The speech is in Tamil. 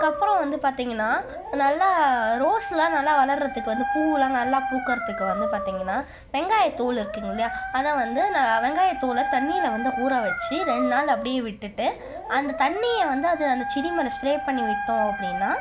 அதுக்கப்புறம் வந்து பார்த்திங்கன்னா நல்லா ரோஸெலாம் நல்லா வளர்றத்துக்கு வந்து பூவெலாம் நல்லா பூக்கிறத்துக்கு வந்து பார்த்திங்கன்னா வெங்காய தோல் இருக்குங்க இல்லையா அதை வந்து நான் வெங்காய தோலை தண்ணியில் வந்து ஊற வச்சு ரெண்டு நாள் அப்படியே விட்டுட்டு அந்த தண்ணியை வந்து அது அந்த செடி மேல் ஸ்ப்ரே பண்ணி விட்டோம் அப்படின்னா